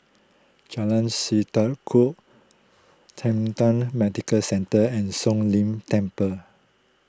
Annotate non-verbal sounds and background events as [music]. Jalan Sendudok [unintelligible] Medical Centre and Siong Lim Temple